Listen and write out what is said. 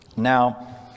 Now